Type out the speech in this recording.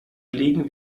legen